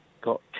got